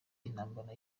intambara